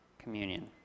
communion